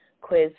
quiz